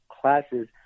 classes